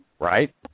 Right